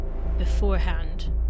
beforehand